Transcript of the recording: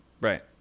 Right